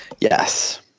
Yes